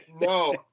no